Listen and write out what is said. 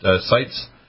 sites